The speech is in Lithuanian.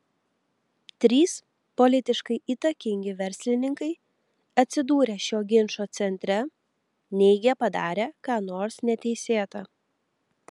trys politiškai įtakingi verslininkai atsidūrę šio ginčo centre neigia padarę ką nors neteisėta